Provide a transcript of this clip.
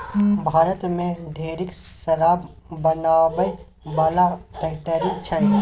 भारत मे ढेरिक शराब बनाबै बला फैक्ट्री छै